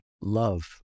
love